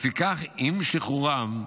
לפיכך, עם שחרורם,